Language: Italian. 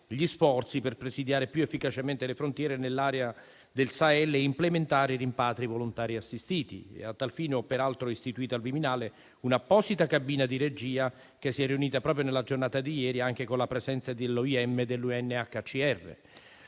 gli sforzi per presidiare più efficacemente le frontiere nell'area del Sahel e implementare i rimpatri volontari assistiti. A tal fine ho peraltro istituito al Viminale un'apposita cabina di regia, che si è riunita proprio nella giornata di ieri, anche con la presenza dell'Organizzazione